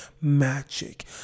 magic